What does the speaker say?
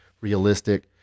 realistic